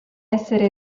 essere